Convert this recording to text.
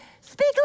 Speak